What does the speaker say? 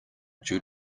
due